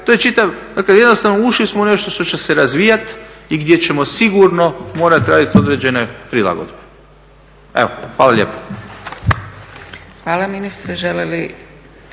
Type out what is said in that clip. to je čitav, dakle jednostavno ušli smo u nešto što će se razvijati i gdje ćemo sigurno morati raditi određene prilagodbe. Evo, hvala lijepo.